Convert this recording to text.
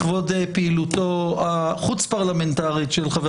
לכבוד פעילותו החוץ פרלמנטרית של חבר